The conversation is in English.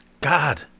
God